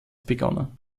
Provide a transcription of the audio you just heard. begonnen